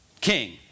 king